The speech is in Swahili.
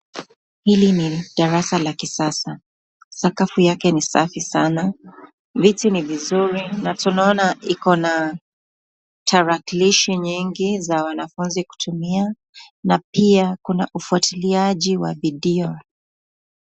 Hili ni darasa la kisasa ,sakafu yake ni safi sana ,viti ni vizuri na tunaona iko na tarakilishi nyingi za wanafunzi kutumia na pia kuna ufuatiliaji wa video.